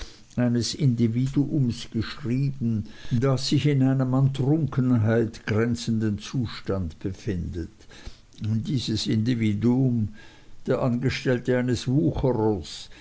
eines individuums geschrieben das sich in einem an trunkenheit grenzenden zustand befindet dieses individuum der angestellte eines wucherers